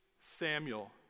Samuel